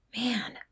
man